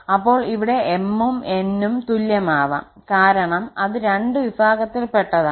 അപ്പോൾ ഇവിടെ 𝑚 ഉം 𝑛 ഉം തുല്യമാവാം കാരണം അത് രണ്ടു വിഭാഗത്തിൽ പെട്ടതാണ്